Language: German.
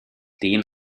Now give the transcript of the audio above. den